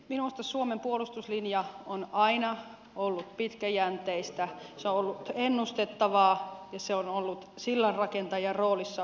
minusta suomen puolustuslinja on aina ollut pitkäjänteistä se on ollut ennustettavaa ja se on ollut sillanrakentajan roolissa toimivaa